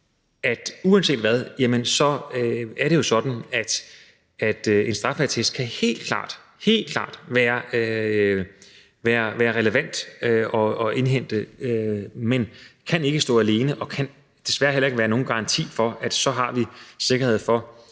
at uanset hvad er det jo sådan, at en straffeattest helt klart – helt klart – kan være relevant at indhente, men ikke kan stå alene og desværre heller ikke kan være nogen garanti for, at vi så har sikkerhed for,